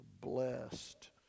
blessed